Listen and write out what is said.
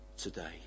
today